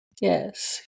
Yes